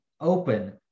open